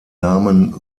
namen